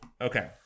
Okay